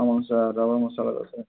ஆமாங்க சார் ரவா மசாலா தோசை